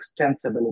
extensibility